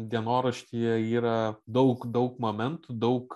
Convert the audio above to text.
dienoraštyje yra daug daug mamentų daug